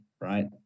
right